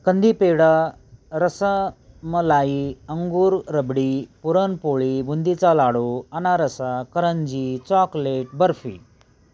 कंदीपेढा रसमलई अंगूर रबडी पुरणपोळी बुंदीचा लाडू अनारसा करंजी चॉकलेट बर्फी